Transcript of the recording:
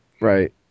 right